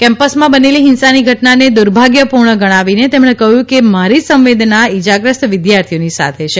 કેમ્પસમાં બનેલી હિંસાની ઘટનાને દુર્ભાગ્યપૂર્ણ ગણાવીને તેમણે કહ્યું કે મારી સંવેદના ઇજાગ્રસ્ત વિદ્યાર્થીઓની સાથે છે